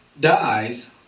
dies